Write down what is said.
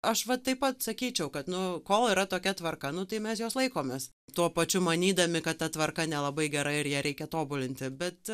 aš va taip pat sakyčiau kad nu kol yra tokia tvarka nu tai mes jos laikomės tuo pačiu manydami kad ta tvarka nelabai gera ir ją reikia tobulinti bet